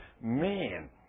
Man